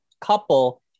couple